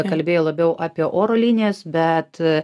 kalbėjau labiau apie oro linijas bet